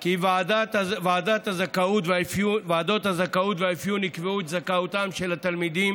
כי ועדות הזכאות והאפיון יקבעו את זכאותם של התלמידים